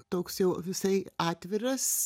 toks jau visai atviras